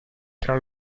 tra